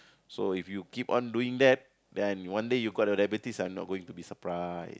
so if you keep on doing that then one day you got the diabetes I'm not going to be surprise